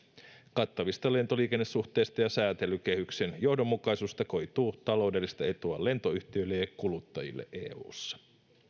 kattavista lentoliikennesuhteista ja säätelykehyksen johdonmukaisuudesta koituu taloudellista etua lentoyhtiöille ja kuluttajille eussa